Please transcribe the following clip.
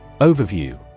Overview